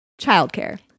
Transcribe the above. childcare